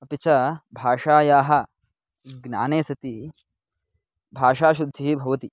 अपि च भाषायाः ज्ञाने सति भाषाशुद्धिः भवति